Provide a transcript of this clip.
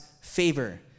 favor